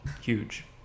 huge